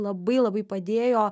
labai labai padėjo